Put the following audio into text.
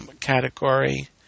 category